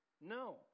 No